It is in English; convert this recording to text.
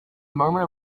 murmur